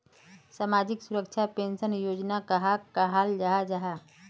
सामाजिक सुरक्षा पेंशन योजना कहाक कहाल जाहा जाहा?